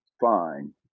fine